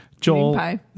Joel